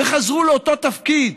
וחזרו לאותו תפקיד.